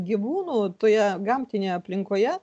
gyvūnų toje gamtinėje aplinkoje